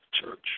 church